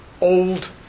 old